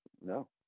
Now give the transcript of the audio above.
no